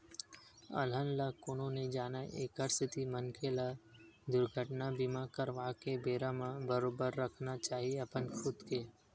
अलहन ल कोनो नइ जानय एखरे सेती मनखे ल दुरघटना बीमा करवाके बेरा म बरोबर रखना चाही अपन खुद के